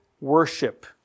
worship